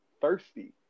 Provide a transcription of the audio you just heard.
thirsty